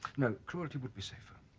no. cruelty would be safer